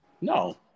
No